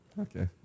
Okay